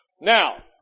Now